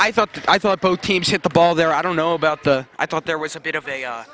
i thought that i thought both teams hit the ball there i don't know about the i thought there was a bit of a